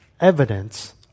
evidence